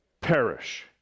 Perish